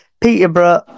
Peterborough